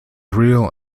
real